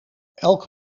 elk